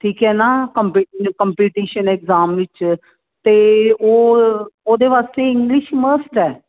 ਠੀਕ ਹੈ ਨਾ ਕੰਪੀਟੀ ਕੰਪਟੀਸ਼ਨ ਐਗਜਾਮ ਵਿੱਚ ਅਤੇ ਉਹ ਉਹਦੇ ਵਾਸਤੇ ਇੰਗਲਿਸ਼ ਮਸਟ ਹੈ